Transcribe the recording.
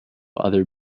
other